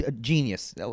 genius